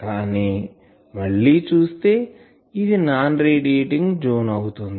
కానీ మళ్ళి చూస్తే ఇది నాన్ రేడియేటింగ్ జోన్ అవుతుంది